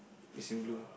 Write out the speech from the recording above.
is in blue